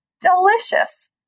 Delicious